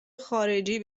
خارجی